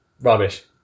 Rubbish